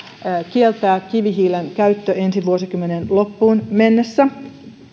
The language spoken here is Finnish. kieltää kivihiilen käyttö ensi vuosikymmenen loppuun mennessä